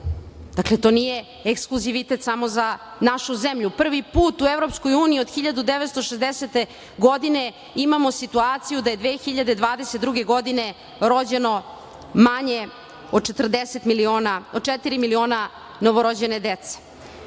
Dakle, to nije ekskluzivitet samo za našu zemlju. Prvi put u EU od 1960. godine, imamo situaciju da je 2022. godine rođeno manje od četiri miliona novorođene dece. Kada